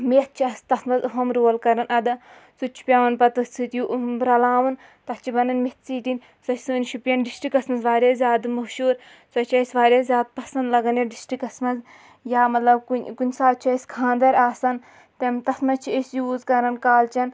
میٚتھ چھِ اَسہِ تَتھ منٛز اہم رول کَران اَدا سُہ تہِ چھُ پٮ۪وان پَتہٕ تٔتھۍ سۭتۍ یہِ رَلاوُن تَتھ چھِ وَنان میٚتھ ژیٖٹِنۍ سۄ چھِ سٲنۍ شُپیَن ڈِسٹِرٛکَس منٛز واریاہ زیادٕ موہشوٗر سۄ چھِ اَسہِ واریاہ زیادٕ پَسنٛد لَگان یَتھ ڈِسٹِرٛکَس منٛز یا مَطلَب کُنہِ کُنہِ ساتہٕ چھِ اَسہِ خاندَر آسان تِم تَتھ منٛز چھِ أسۍ یوٗز کَران کالچَن